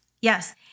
yes